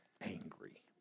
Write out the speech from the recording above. angry